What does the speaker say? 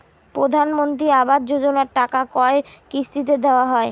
প্রধানমন্ত্রী আবাস যোজনার টাকা কয় কিস্তিতে দেওয়া হয়?